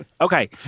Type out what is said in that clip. Okay